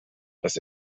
das